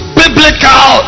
biblical